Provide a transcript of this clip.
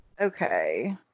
Okay